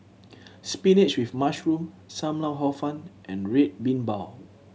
spinach with mushroom Sam Lau Hor Fun and Red Bean Bao